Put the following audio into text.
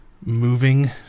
moving